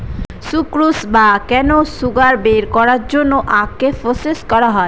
sucrose বা cane sugar বের করার জন্য আখকে প্রসেস করা হয়